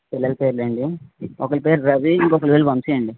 పిల్లల పేర్లా అండి ఒకడి పేరు రవి ఇంకొకడి పేరు వంశీ అండి